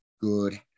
good